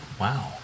Wow